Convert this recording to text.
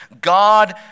God